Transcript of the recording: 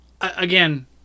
again